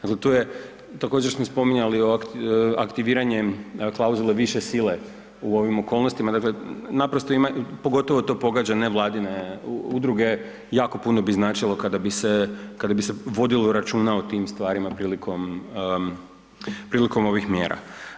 Dakle, tu je, također smo spominjali aktiviranjem klauzule više sile u ovim okolnostima, dakle naprosto ima, pogotovo to pogađa nevladine udruge, jako puno bi značilo kada bi se, kada bi se vodilo računa o tim stvarima prilikom, prilikom ovih mjera.